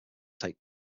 take